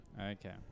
Okay